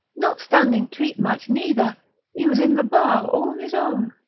not standing treat much, neither he was in the bar, all on his own.